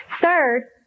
Third